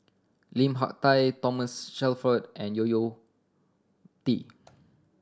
Lim Hak Tai Thomas Shelford and Yo Yo Tee